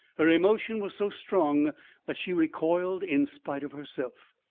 her emotion was so strong that she recoiled in spite of herself,